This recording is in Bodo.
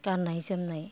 गाननाय जोमनाय